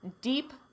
deep